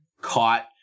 caught